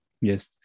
yes